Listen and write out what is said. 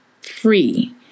free